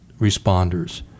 responders